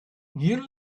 you